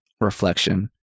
reflection